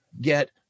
get